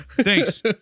Thanks